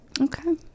Okay